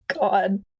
God